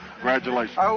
Congratulations